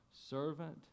servant